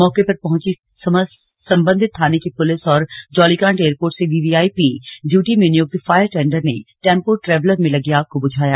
मौके पर पहुंची सम्बन्धित थाने की पुलिस और जौलीग्रांट एयरपोर्ट से वीवीआइपी ड्यूटी में नियुक्त फायर टेंडर ने टेंपो ट्रैवलर में लगी आग को बुझाया